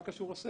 מה קשור הסגל?